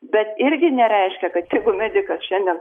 bet irgi nereiškia kad jeigu medikas šiandien